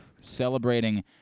celebrating